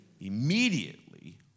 Immediately